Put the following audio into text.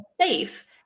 safe